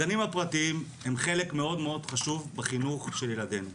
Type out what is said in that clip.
הגנים הפרטיים הם חלק מאוד מאוד חשוב בחינוך של ילדינו,